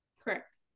correct